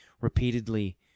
repeatedly